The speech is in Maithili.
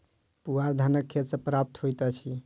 पुआर धानक खेत सॅ प्राप्त होइत अछि